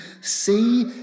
see